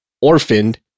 orphaned